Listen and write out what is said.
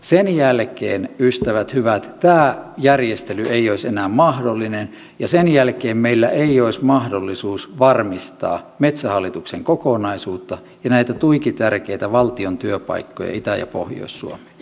sen jälkeen ystävät hyvät tämä järjestely ei olisi enää mahdollinen ja sen jälkeen meillä ei olisi mahdollisuutta varmistaa metsähallituksen kokonaisuutta ja näitä tuikitärkeitä valtion työpaikkoja itä ja pohjois suomeen